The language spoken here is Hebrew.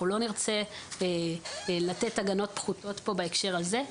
אנחנו לא נרצה לתת הגנות פחותות בהקשר הזה.